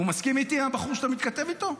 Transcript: הוא מסכים איתי, הבחור שאתה מתכתב איתו?